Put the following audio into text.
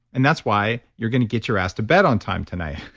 and that's why you're going to get your ass to bed on time tonight.